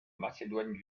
macédoine